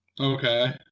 Okay